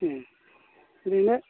ओ ओरैनो